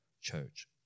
church